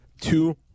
two